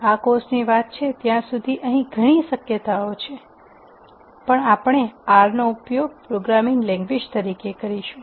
આ કોર્સની વાત છે ત્યાં સુધી અહીં ઘણી શક્યતાઓ છે આપણે આર નો ઉપયોગ પ્રોગ્રામિંગ લેંગ્વેજ તરીકે કરીશું